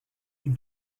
you